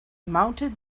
mounted